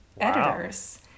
editors